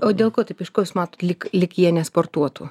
o dėl ko taip iš ko jūs matot lyg lyg jie nesportuotų